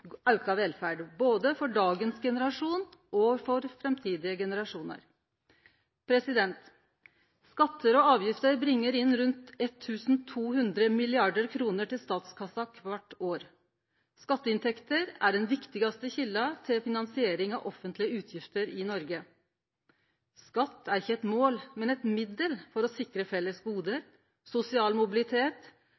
auka velferd, for både dagens generasjon og for framtidige generasjonar. Skattar og avgifter bringer inn rundt 1 200 mrd. kr til statskassa kvart år. Skatteinntekter er den viktigaste kjelda til finansiering av offentlege utgifter i Noreg. Skatt er ikkje eit mål, men eit middel for å sikre felles gode,